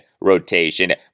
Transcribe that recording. rotation